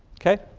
ok.